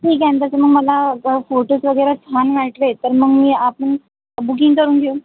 ठीक आहे ना तसं मग मला फोटोज वगैरे छान वाटले तर मग मी आपण बुकिंग करून घेऊ